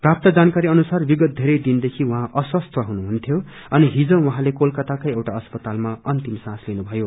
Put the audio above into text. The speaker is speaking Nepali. प्राप्त जानकारी अनुसार विगत बेरै दिनदेखि उहाँ अस्वस्थ्य हुनुहनयिी अनि हिज उहाँले कोलकाताको एउटा अस्पतालमा अन्तिम स्वास लिनुभयो